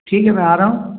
ठीक है मैं आ रहा हूँ